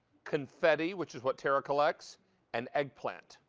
confetti, which is what tara collects and eggplant.